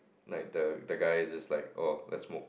like the the guys is like oh let's smoke